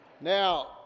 Now